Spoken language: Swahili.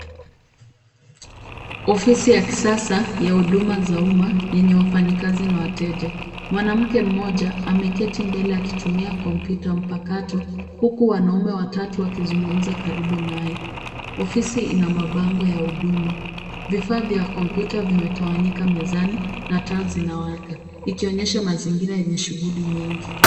Ofisi ya kisasa ya huduma za uma yenye wafanyikazi na wateja. Mwanamke mmoja ameketi mbele akitumia kompyuta mpakato, huku wanaume watatu wakizungumza karibu naye. Ofisi ina mabango ya Huduma. Vifaa vya kompyuta vimetawanyika mezani na taa zinawaka. Ikionyesha mazingira yenye shughuli mingi.